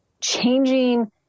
changing